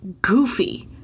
goofy